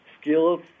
skills